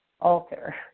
alter